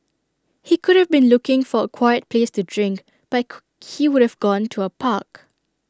he could have been looking for A quiet place to drink but he would've gone to A park